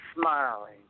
Smiling